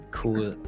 cool